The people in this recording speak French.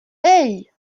hey